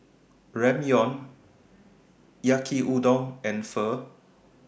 Ramyeon Yaki Udon and Pho